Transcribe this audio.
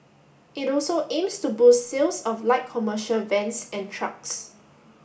it also aims to boost sales of light commercial vans and trucks